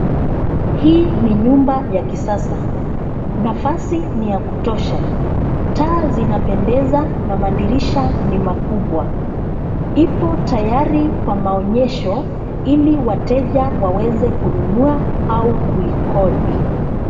Hii ni nyumba ya kisasa, nafasi ni ya kutosha. Taa zinapendeza na madirisha ni makubwa. Ipo tayari kwa maonyesho ili wateja waweze kununua au kuikodi.